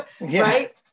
right